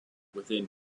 within